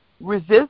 Resist